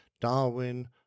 Darwin